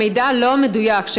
המידע לא מדויק,